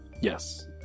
Yes